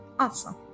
Awesome